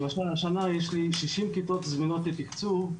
למשל, השנה יש לי 60 כיתות זמינות לתקצוב,